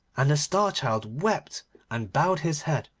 and the star-child wept and bowed his head,